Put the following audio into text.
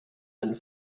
and